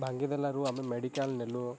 ଭାଙ୍ଗିଦେଲାରୁ ଆମେ ମେଡ଼ିକାଲ ନେଲୁ